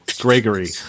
Gregory